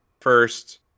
First